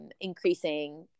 increasing